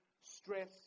stress